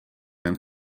and